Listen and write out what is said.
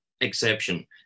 exception